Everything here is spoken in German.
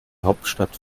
hauptstadt